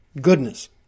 goodness